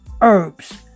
herbs